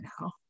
now